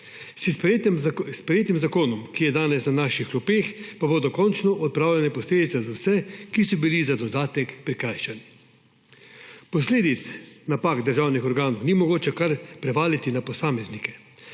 S sprejetjem zakona, ki je danes na naših klopeh, bodo končno odpravljene posledice za vse, ki so bili za dodatek prikrajšani. Posledic napak državnih organov ni mogoče kar prevaliti na posameznike,